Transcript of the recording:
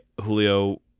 Julio